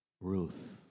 Ruth